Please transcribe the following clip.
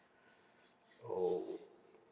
oh